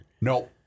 No